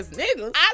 niggas